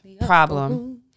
problem